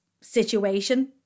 situation